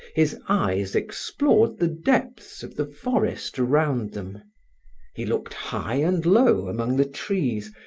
his eyes explored the depths of the forest around them he looked high and low among the trees,